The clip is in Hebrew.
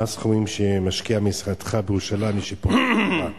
מה הם הסכומים שמשקיע משרדך בירושלים לשיפור התחבורה?